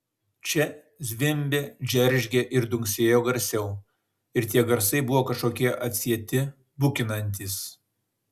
čia zvimbė džeržgė ir dunksėjo garsiau ir tie garsai buvo kažkokie atsieti bukinantys